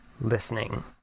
listening